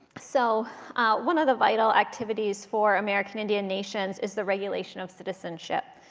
so one of the vital activities for american indian nations is the regulation of citizenship.